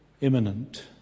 imminent